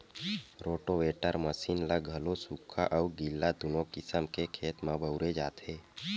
rotavator machine ल घलो सुख्खा अउ गिल्ला दूनो किसम के खेत म बउरे जाथे